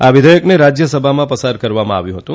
આ વિઘેયકને રાજ્યસભામાં પસાર કરવામાં આવ્યું હતું